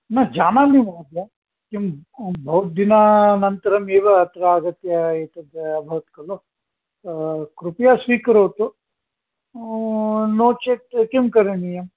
न जानामि महोदय किं बहुदिनान्तरमिव अत्रागत्य एतत् भवति खलु कृपया स्वीकरोतु नो चेत् किं करणीयम्